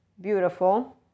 beautiful